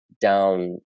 down